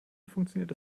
funktioniert